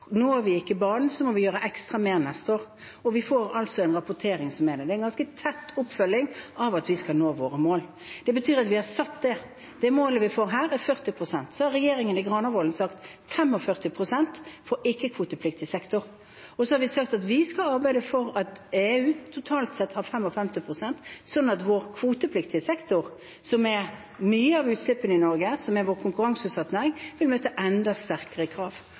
vi ikke banen, må vi gjøre ekstra mye neste år. Og vi må rapportere. Det er en ganske tett oppfølging av at vi skal nå våre mål. Det betyr at vi har satt det – det målet vi får her, er på 40 pst. Så har regjeringen i Granavolden-plattformen sagt 45 pst. for ikke-kvotepliktig sektor. Og vi har sagt at vi skal arbeide for at EU totalt sett har 55 pst., sånn at vår kvotepliktige sektor, som har mye av utslippene i Norge, som er vår konkurranseutsatte næring, vil møte enda strengere krav.